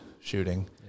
shooting